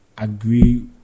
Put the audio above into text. Agree